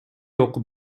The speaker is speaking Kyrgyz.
окуп